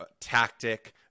tactic